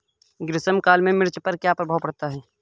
ग्रीष्म काल में मिर्च पर क्या प्रभाव पड़ता है?